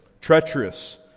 treacherous